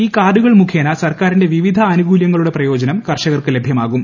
ഈ കാർഡുകൾ മുഖേന സർക്കാരിന്റെ വിവിധ ആനുകൂല്യങ്ങളുടെ പ്രയോജനം കർഷകർക്ക് ലഭ്യമാകും